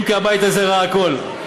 אם כי הבית הזה ראה הכול.